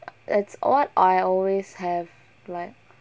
it's what I always have like